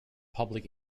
public